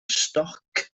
stoc